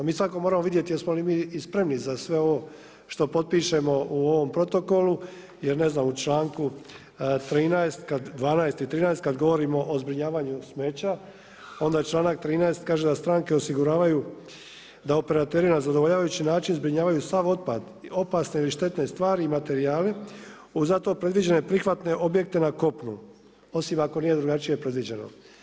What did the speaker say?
Mi svakako moramo vidjeti jesmo li mi i spremni za sve ovo što potpišemo u ovom protokolu, jer ne znam u članku 13., 12. i 13. kad govorimo o zbrinjavanju smeća onda članak 13. kaže da stranke osiguravaju da operateri na zadovoljavajući način zbrinjavaju sav otpad, opasne ili štetne stvari i materijale u za to predviđene prihvatne objekte na kopnu, osim ako nije drugačije predviđeno.